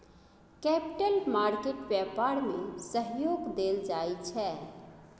capital market व्यापार में सहयोग देल जाइ छै